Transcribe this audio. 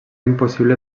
impossible